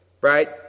Right